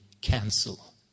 cancel